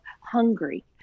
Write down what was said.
hungry